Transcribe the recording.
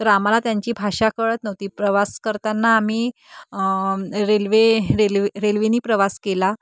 तर आम्हाला त्यांची भाषा कळत नव्हती प्रवास करताना आम्ही रेल्वे रेल्वे रेल्वेने प्रवास केला